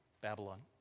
Babylon